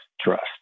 trust